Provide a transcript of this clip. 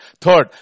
Third